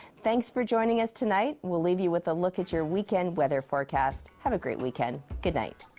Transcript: thanks for joining us tonight. we'll leave you with a look at your weekend weather forecast. have a great weekend. good night.